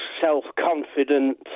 self-confident